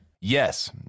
Yes